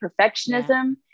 Perfectionism